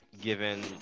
given